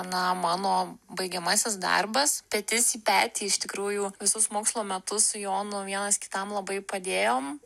na mano baigiamasis darbas petys į petį iš tikrųjų visus mokslo metus su jonu vienas kitam labai padėjom